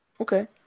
Okay